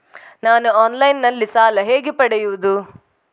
ನಾನು ಆನ್ಲೈನ್ನಲ್ಲಿ ಸಾಲ ಹೇಗೆ ಪಡೆಯುವುದು?